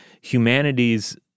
humanity's